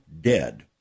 dead